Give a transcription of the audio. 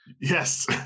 Yes